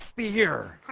be here